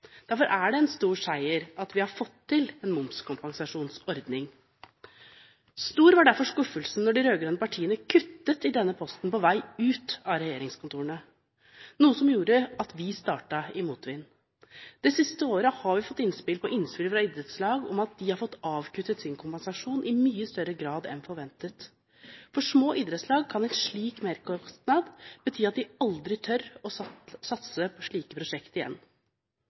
Derfor er det en stor seier at vi har fått til en momskompensasjonsordning. Stor var derfor skuffelsen da de rød-grønne partiene kuttet i denne posten på vei ut av regjeringskontorene, noe som gjorde at vi startet i motvind. Det siste året har vi fått innspill på innspill fra idrettslag om at de har fått avkuttet sin kompensasjon i mye større grad enn forventet. For små idrettslag kan en slik merkostnad bety at de aldri tør å satse på slike prosjekter igjen.